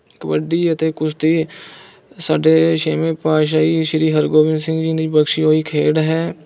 ਕਬੱਡੀ ਅਤੇ ਕੁਸ਼ਤੀ ਸਾਡੇ ਛੇਵੇਂ ਪਾਤਸ਼ਾਹੀ ਸ਼੍ਰੀ ਹਰਗੋਬਿੰਦ ਸਿੰਘ ਜੀ ਦੀ ਬਖਸ਼ੀ ਹੋਈ ਖੇਡ ਹੈ